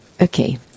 Okay